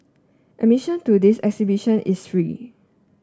admission to this exhibition is free